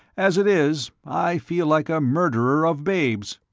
as it is, i feel like a murderer of babes.